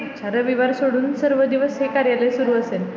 अच्छा रविवार सोडून सर्व दिवस हे कार्यालय सुरू असेल